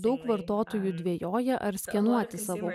daug vartotojų dvejoja ar skenuoti savo